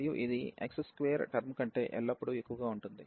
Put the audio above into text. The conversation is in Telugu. మరియు ఇది x2 టర్మ్ కంటే ఎల్లప్పుడూ ఎక్కువగా ఉంటుంది